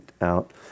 out